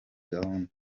gahunda